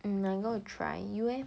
mm I going to try you leh